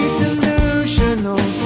delusional